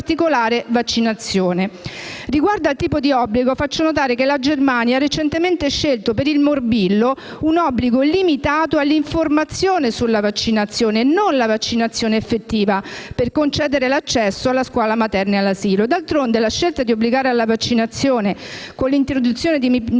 Riguardo al tipo di obbligo, faccio notare che la Germania ha recentemente scelto per il morbillo un obbligo limitato all'informazione sulla vaccinazione e non già sulla vaccinazione effettiva, per concedere l'accesso alla scuola materna e all'asilo. D'altronde, la scelta di obbligare alla vaccinazione con misure punitive